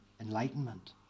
enlightenment